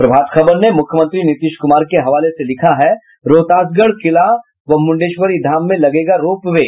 प्रभात खबर ने मुख्यमंत्री नीतीश कुमार के हवाले से लिखा है रोहतासगढ़ किला व मुंडेश्वरी धाम में लगेगा रोप वे